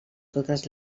totes